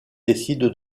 décide